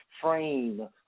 frame